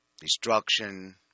destruction